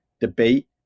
debate